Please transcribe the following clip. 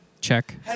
check